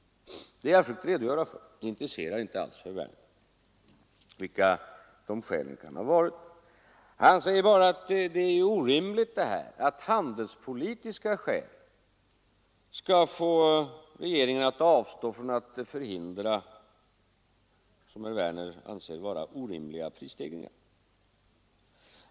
Det har jag försökt redogöra för. Det intresserar emellertid inte alls herr Werner, vilka nu skälen härför kan ha varit. Han säger bara att det är orimligt att handelspolitiska skäl skall få regeringen att avstå från att förhindra vad herr Werner anser vara orimliga prisstegringar.